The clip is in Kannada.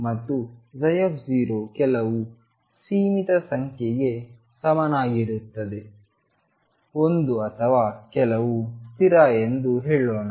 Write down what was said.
ಮತ್ತು ಕೆಲವು ಸೀಮಿತ ಸಂಖ್ಯೆಗೆ ಸಮನಾಗಿರುತ್ತದೆ 1 ಅಥವಾ ಕೆಲವು ಸ್ಥಿರ ಎಂದು ಹೇಳೋಣ